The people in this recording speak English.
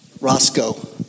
Roscoe